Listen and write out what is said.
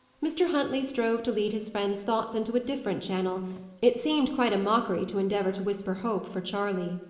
mr. huntley strove to lead his friend's thoughts into a different channel it seemed quite a mockery to endeavour to whisper hope for charley.